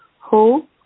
ho